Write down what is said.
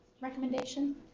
recommendation